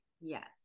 yes